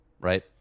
right